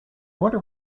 wonder